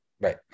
Right